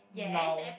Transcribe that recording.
now